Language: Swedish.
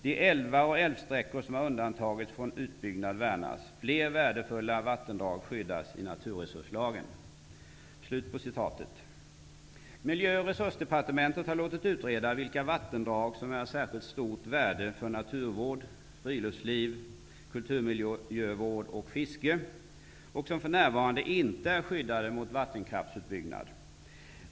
De älvar och älvsträckor som har undantagits från utbyggnad värnas. Fler värdefulla vattendrag skyddas i naturresurslagen.'' Miljö och naturresursdepartementet har låtit utreda vilka vattendrag som är av särskilt stort värde för naturvård, friluftsliv, kulturmiljövård och fiske och som för närvarande inte är skyddade mot vattenkraftsutbyggnad.